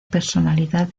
personalidad